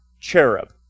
cherub